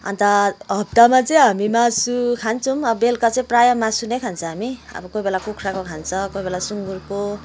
अन्त हप्तामा चाहिँ हामी मासु खान्छौँ बेलुका चाहिँ प्रायः मासु नै खान्छ हामी कोही बेला कुखुराको खान्छ कोही बेला सुँगुरको